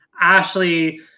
Ashley